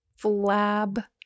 flab